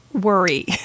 worry